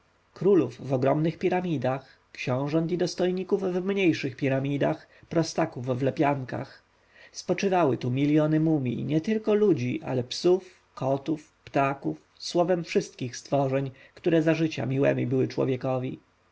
królów w ogromnych piramidach książąt i dostojników w mniejszych piramidach prostaków w lepiankach spoczywały tu miljony mumij nietylko ludzi ale psów kotów ptaków słowem wszystkich stworzeń które za życia miłemi były człowiekowi